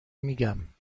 میگم